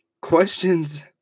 questions